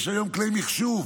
יש היום כלי מחשוב,